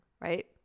right